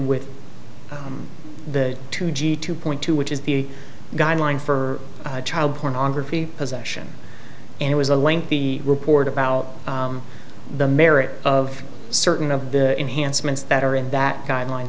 with the two g two point two which is the guideline for child pornography possession and it was a lengthy report about the merits of certain of the enhanced mintz that are in that guideline